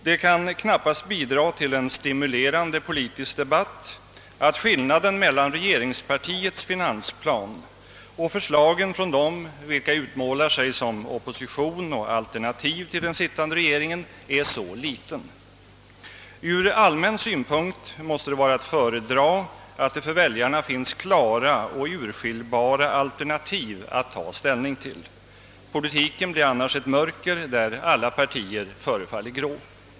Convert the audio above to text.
Det kan knappast bidraga till en stimulerande politisk debatt att skillnaden mellan regeringspartiets finansplan och förslagen från dem, vilka utmålar sig som opposition och alternativ till den sittande regeringen, är så liten. Ur allmän synpunkt måste det vara att föredra att det för väljarna finns klara och urskiljbara alternativ att ta ställning till. Politiken blir annars ett mörker där alla partier förefaller grå.